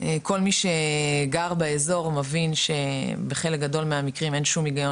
כל מי שגר באזור מבין שבחלק גדול מהמקרים אין שום הגיון